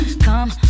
Come